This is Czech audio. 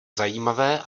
zajímavé